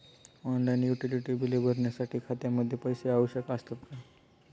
Online utility बिले भरण्यासाठी खात्यामध्ये पैसे आवश्यक असतात का?